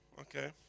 okay